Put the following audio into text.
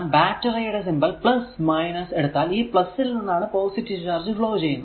നാം ബാറ്ററി യുടെ സിംബൽ എടുത്താൽ ഈ ൽ നിന്നാണ് പോസിറ്റീവ് ചാർജ് ഫ്ലോ ചെയ്യുന്നത്